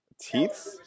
Teeth